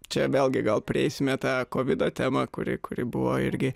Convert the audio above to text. čia vėlgi gal prieisime tą kovido tema kuri kuri buvo irgi